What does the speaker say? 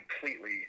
completely